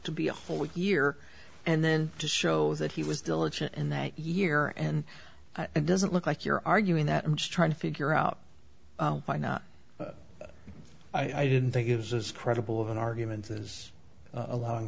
to be a whole year and then to show that he was diligent in that year and it doesn't look like you're arguing that i'm just trying to figure out why not i didn't think gives as credible of an argument as allowing